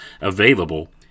available